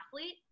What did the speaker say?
athlete